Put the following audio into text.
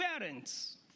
parents